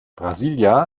brasília